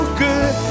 good